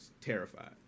terrified